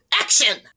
action